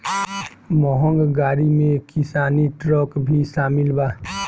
महँग गाड़ी में किसानी ट्रक भी शामिल बा